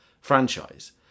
franchise